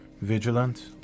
vigilant